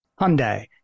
Hyundai